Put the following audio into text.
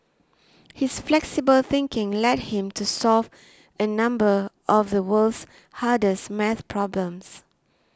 his flexible thinking led him to solve a number of the world's hardest math problems